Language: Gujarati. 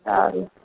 સારું